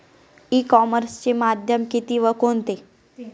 E कॉमर्सचे माध्यम किती व कोणते?